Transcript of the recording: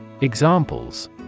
Examples